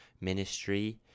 ministry